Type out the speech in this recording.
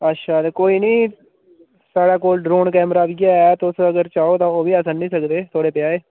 अच्छा ते कोई नी साढ़ै कोल ड्रोन कैमरा बी ऐ तुस अगर चाहो ते ओह् बी अस आह्नी सकदे थोआढ़े ब्याह्